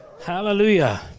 hallelujah